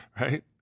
right